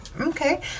Okay